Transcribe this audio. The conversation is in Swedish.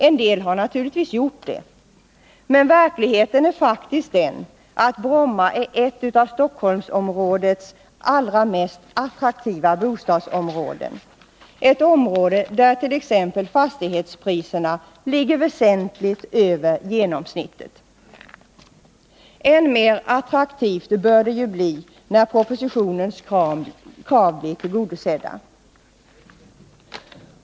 En del har naturligtvis gjort det, men verkligheten är faktiskt den att Bromma är ett av Stockholmsområdets allra mest attraktiva bostadsområden. Fastighetspriserna i Bromma ligger t.ex. väsentligt över genomsnittet. Än mer attraktivt bör det bli, när propositionens krav blir tillgodosedda.